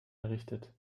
errichtet